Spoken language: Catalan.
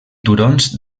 turons